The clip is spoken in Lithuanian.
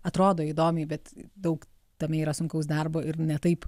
atrodo įdomiai bet daug tame yra sunkaus darbo ir ne taip